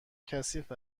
کثیف